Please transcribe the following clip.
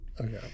Okay